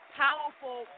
powerful